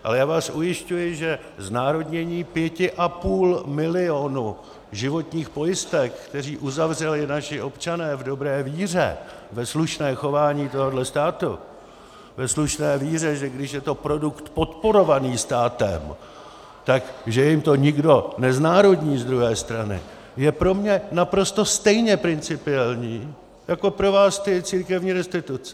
Ale já vás ujišťuji, že znárodnění 5,5 milionu životních pojistek, které uzavřeli naši občané v dobré víře ve slušné chování tohoto státu, ve slušné víře, že když je to produkt podporovaný státem, tak že jim to nikdo neznárodní z druhé strany, je pro mě naprosto stejně principiální jako pro vás ty církevní restituce.